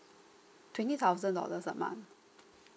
twenty thousand dollars a month